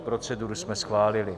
Proceduru jsme schválili.